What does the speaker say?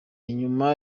nyuma